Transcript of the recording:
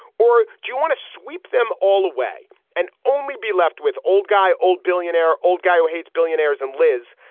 or do you want to sweep them all away and only be left with old guy, old billionaire, old guy who hates billionaires and lives?